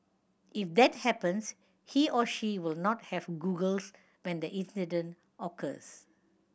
if that happens he or she will not have goggles when the incident occurs